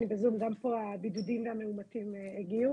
הבידודים והמאומתים הגיעו.